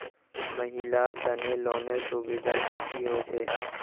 महिलार तने लोनेर सुविधा की की होचे?